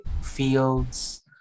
fields